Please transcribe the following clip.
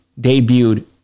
debuted